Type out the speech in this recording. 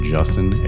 Justin